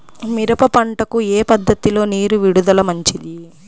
మిరప పంటకు ఏ పద్ధతిలో నీరు విడుదల మంచిది?